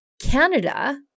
Canada